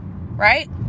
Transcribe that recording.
right